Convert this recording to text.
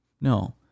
no